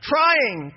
trying